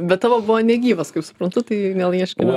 bet tavo buvo negyvas kaip suprantu tai dėl ieškinio